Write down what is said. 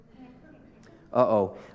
Uh-oh